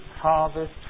harvest